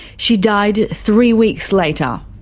she died three weeks later.